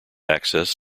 access